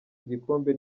igikombe